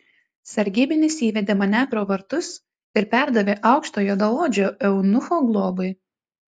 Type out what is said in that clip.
sargybinis įvedė mane pro vartus ir perdavė aukšto juodaodžio eunucho globai